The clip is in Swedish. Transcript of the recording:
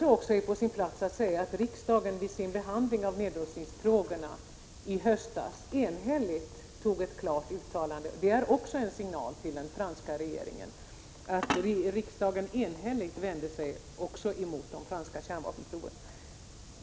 Det kanske är på sin plats att påminna om att riksdagen vid sin behandling av nedrustningsfrågorna i höstas enhälligt gjorde ett klart uttalande. Det är också en signal till den franska regeringen att riksdagen enhälligt vänder sig mot de franska kärnvapenproven.